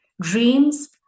Dreams